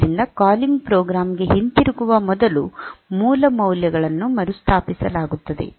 ಆದ್ದರಿಂದ calling program ಗೆ ಹಿಂತಿರುಗುವ ಮೊದಲು ಮೂಲ ಮೌಲ್ಯಗಳನ್ನು ಮರುಸ್ಥಾಪಿಸಲಾಗುತ್ತದೆ